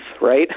right